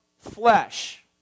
flesh